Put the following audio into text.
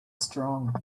strong